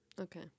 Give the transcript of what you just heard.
Okay